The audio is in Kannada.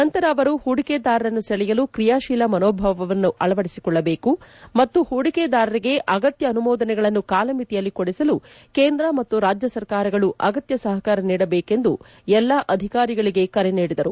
ನಂತರ ಅವರು ಹೂಡಿಕೆದಾರರನ್ನು ಸೆಳೆಯಲು ಕ್ರಿಯಾಶೀಲ ಮನೋಭಾವನ್ನು ಅಳವದಿಸಿಕೊಳ್ಳಬೇಕು ಮತ್ತು ಹೂಡಿಕೆದಾರರಿಗೆ ಅಗತ್ಯ ಅನುಮೋದನೆಗಳನ್ನು ಕಾಲಮಿತಿಯಲ್ಲಿ ಕೊಡಿಸಲು ಕೇಂದ್ರ ಮತ್ತು ರಾಜ್ಯ ಸರ್ಕಾರಗಳು ಅಗತ್ಯ ಸಹಕಾರ ನೀಡಬೇಕು ಎಂದು ಎಲ್ಲ ಅಧಿಕಾರಿಗಳಿಗೆ ಕರೆ ನೀಡಿದರು